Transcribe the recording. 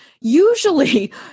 usually